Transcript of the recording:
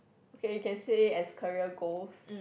okay you can say as career goals